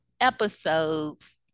episodes